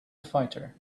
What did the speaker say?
fighter